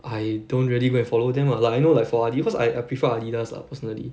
I dont really go and follow them lah like I know like for adid~ cause I I prefer Adidas lah personally